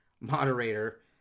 moderator